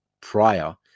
prior